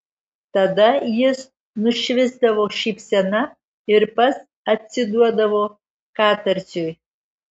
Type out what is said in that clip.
tada jis nušvisdavo šypsena ir pats atsiduodavo katarsiui